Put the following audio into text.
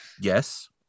Yes